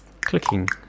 Clicking